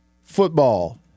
football